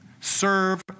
serve